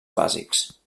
bàsics